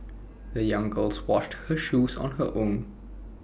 the young girls washed her shoes on her own